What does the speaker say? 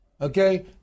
okay